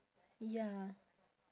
ya